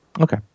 Okay